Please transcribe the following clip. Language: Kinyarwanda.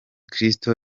kristo